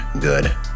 good